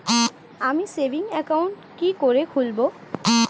আমি savings account কি করে খুলব?